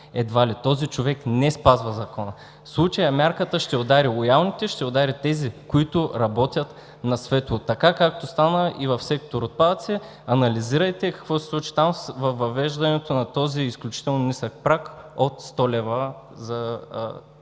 Едва ли, този човек не спазва закона. В случая мярката ще удари лоялните, ще удари тези, които работят на светло, както стана и в сектор „Отпадъци“. Анализирайте какво се случи там с въвеждането на този изключително нисък праг от 100 лв. за